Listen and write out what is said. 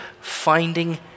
finding